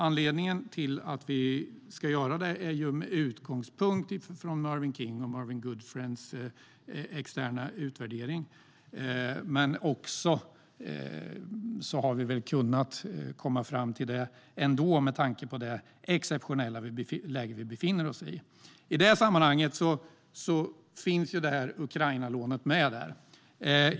Anledningen till att vi ska göra det ser vi i Mervyn Kings och Marvin Goodfriends externa utvärdering, men vi hade kunnat komma fram till det ändå med tanke på det exceptionella läge vi befinner oss i. I det sammanhanget finns Ukrainalånet med.